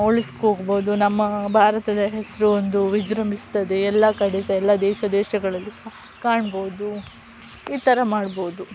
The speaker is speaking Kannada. ಉಳಿಸ್ಕೋಬೋದು ನಮ್ಮ ಭಾರತದ ಹೆಸರು ಒಂದು ವಿಜೃಂಭಿಸ್ತದೆ ಎಲ್ಲ ಕಡೆ ಸಹ ಎಲ್ಲ ದೇಶ ದೇಶಗಳಲ್ಲಿ ಕಾಣ್ಬೋದು ಈ ಥರ ಮಾಡ್ಬೋದು